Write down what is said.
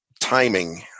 timing